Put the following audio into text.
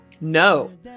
No